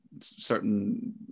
certain